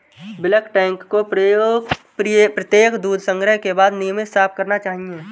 bulk tank को प्रत्येक दूध संग्रह के बाद नियमित साफ करना चाहिए